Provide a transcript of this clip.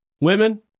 Women